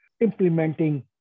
implementing